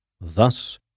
Thus